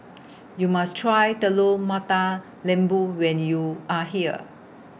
YOU must Try Telur Mata Lembu when YOU Are here